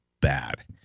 bad